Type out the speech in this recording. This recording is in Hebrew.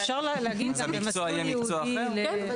יש משהו נוסף, איפה הסעיף של הלימודים?